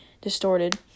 distorted